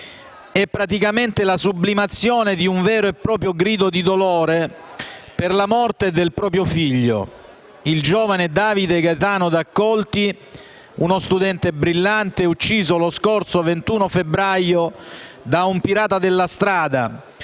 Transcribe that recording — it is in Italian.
che praticamente è la sublimazione di un vero e proprio grido di dolore per la morte del proprio figlio, il giovane Davide Gaetano D’Accolti, un brillante studente ucciso lo scorso 21 febbraio da un pirata della strada,